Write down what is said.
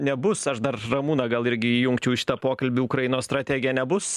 nebus aš dar ramūną gal irgi įjungčiau į šitą pokalbį ukrainos strategija nebus